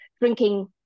drinking